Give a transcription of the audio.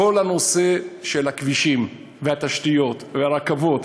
כל הנושא של הכבישים והתשתיות והרכבות